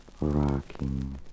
rocking